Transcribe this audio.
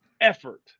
effort